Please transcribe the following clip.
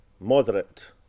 moderate